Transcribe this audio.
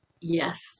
Yes